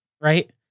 right